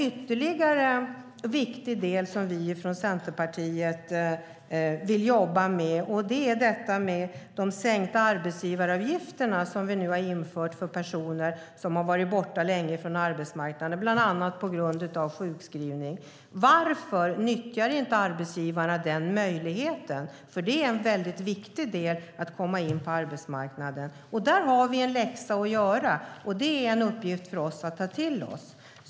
Ytterligare en viktig del som vi från Centerpartiet vill jobba med är den sänkning av arbetsgivaravgifterna som vi nu har infört för personer som varit borta länge från arbetsmarknaden, bland annat på grund av sjukskrivning. Varför nyttjar inte arbetsgivarna den möjligheten? Det är väldigt viktigt att komma in på arbetsmarknaden. Där har vi en läxa att göra, och detta är en uppgift för oss att ta till oss.